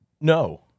No